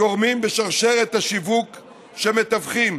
הגורמים בשרשרת השיווק שמתווכים